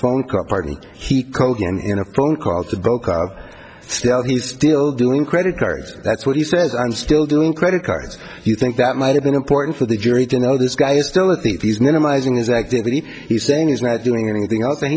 phone call apartment he called again in a prone call to go stale he's still doing credit cards that's what he says i'm still doing credit cards you think that might have been important for the jury to know this guy is still at these minimizing his activity he's saying he's not doing anything else and